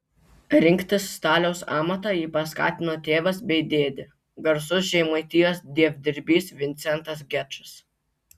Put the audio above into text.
rinktis staliaus amatą jį paskatino tėvas bei dėdė garsus žemaitijos dievdirbys vincentas gečas